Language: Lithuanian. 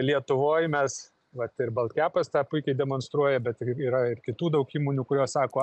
lietuvoj mes vat ir baltkepas tą puikiai demonstruoja bet ir yra kitų daug įmonių kurios sako